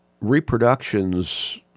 reproductions